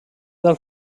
del